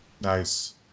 Nice